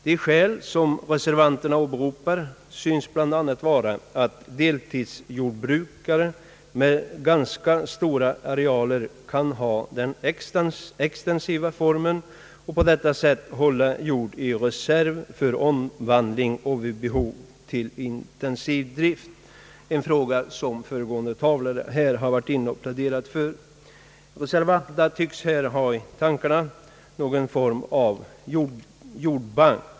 De skäl som reservanterna åberopar syns bl.a. vara att deltidsjordbrukare med ganska stora arealer kan ha den extensiva formen och på detta sätt hålla jord i reserv för omvandling till intensiv drift vid behov — en fråga som föregående talare var inne på. Reservanterna tycks ha i tankarna någon form av jordbank.